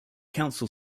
council